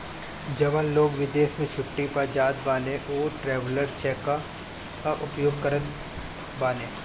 जवन लोग विदेश में छुट्टी पअ जात बाने उ ट्रैवलर चेक कअ उपयोग करत बाने